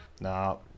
No